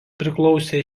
priklausė